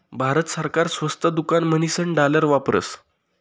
भारत सरकार स्वस्त दुकान म्हणीसन डालर वापरस